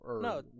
No